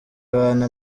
abantu